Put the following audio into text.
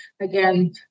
again